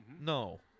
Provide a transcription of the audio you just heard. No